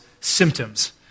symptoms